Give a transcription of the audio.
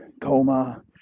coma